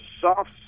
soft